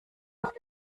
noch